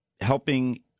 helping